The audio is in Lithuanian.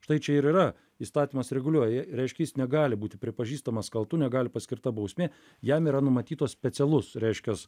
štai čia ir yra įstatymas reguliuoja reiškia jis negali būti pripažįstamas kaltu negali paskirta bausmė jam yra numatytas specialus reiškias